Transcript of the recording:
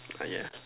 ah yes